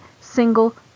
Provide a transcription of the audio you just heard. single